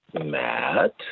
Matt